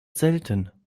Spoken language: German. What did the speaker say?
selten